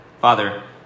Father